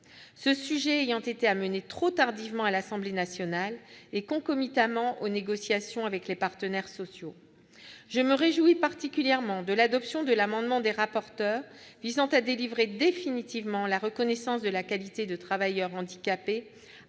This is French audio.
ce sujet ayant été amené trop tardivement à l'Assemblée nationale, et concomitamment aux négociations avec les partenaires sociaux. Je me réjouis particulièrement de l'adoption de l'amendement des rapporteurs visant à délivrer définitivement la reconnaissance de la qualité de travailleur handicapé